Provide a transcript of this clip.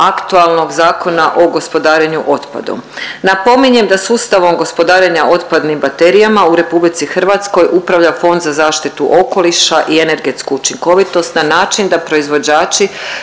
aktualnog Zakona o gospodarenju otpadom. Napominjem da sustavom gospodarenja otpadnim baterijama u RH upravlja Fond za zaštitu okoliša i energetsku učinkovitost na način da proizvođači